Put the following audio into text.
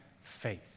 faith